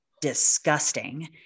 disgusting